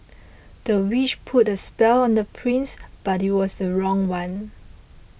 the witch put a spell on the prince but it was the wrong one